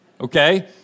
Okay